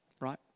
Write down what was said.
Right